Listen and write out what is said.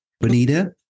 Bonita